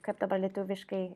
kap dabar lietuviškai